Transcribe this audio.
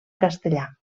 castellà